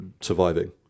Surviving